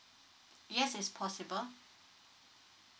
yes is possible